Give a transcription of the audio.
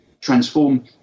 transform